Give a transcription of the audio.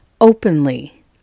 openly